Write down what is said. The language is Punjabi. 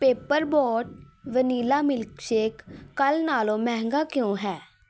ਪੇਪਰ ਬੋਟ ਵਨੀਲਾ ਮਿਲਕਸ਼ੇਕ ਕੱਲ੍ਹ ਨਾਲੋਂ ਮਹਿੰਗਾ ਕਿਉਂ ਹੈ